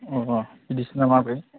अ बिदिसो नामा आबै